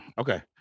Okay